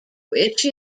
which